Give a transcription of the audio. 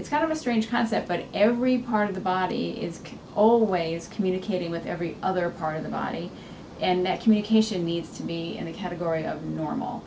it's kind of a strange concept but every part of the body is always communicating with every other part of the body and that communication needs to be in the category of normal